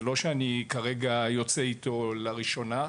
זה לא שאני כרגע יוצא איתו לראשונה.